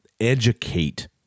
educate